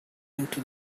into